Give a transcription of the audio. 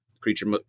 creature